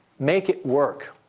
make it work.